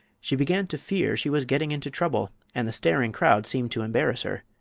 she began to fear she was getting into trouble, and the staring crowd seemed to embarrass her.